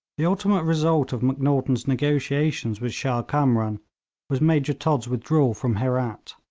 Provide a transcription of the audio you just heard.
the ultimate result of macnaghten's negotiations with shah kamran was major todd's withdrawal from herat.